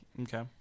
Okay